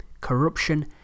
corruption